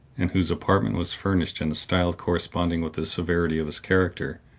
and whose apartment was furnished in a style corresponding with the severity of his character,